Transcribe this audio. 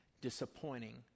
disappointing